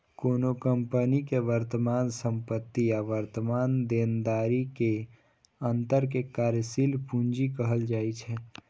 कोनो कंपनी के वर्तमान संपत्ति आ वर्तमान देनदारी के अंतर कें कार्यशील पूंजी कहल जाइ छै